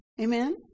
Amen